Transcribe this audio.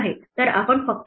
तर आपण फक्त घेतो